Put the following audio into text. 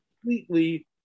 completely